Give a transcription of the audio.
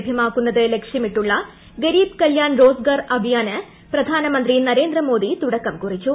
ലഭ്യമാക്കുന്നത് ലക്ഷ്യമിട്ടുള്ള ഗരീബ് കല്യാൺ റോസ്ഗർ അഭിയാന് പ്രധാനിമ്പ്തി നരേന്ദ്രമോദി തുടക്കം കുറിച്ചു